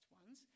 ones